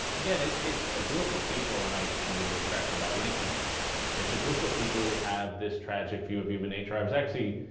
again, it's a group of people and i made this crack about lincoln it's a group of people who have this tragic view of human nature. i was actually,